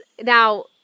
now